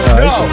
no